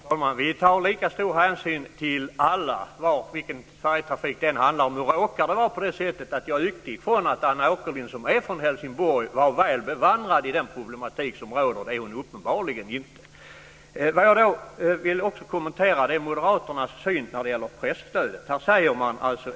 Fru talman! Vi tar lika stor hänsyn till alla, vilken färjetrafik det än handlar om. Nu råkar det vara på det sättet att jag utgick från att Anna Åkerhielm, som är från Helsingborg, var väl bevandrad i den problematik som råder, men det är hon uppenbarligen inte. Vad jag också vill kommentera är moderaternas syn på presstödet.